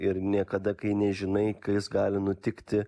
ir niekada kai nežinai kas gali nutikti